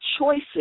choices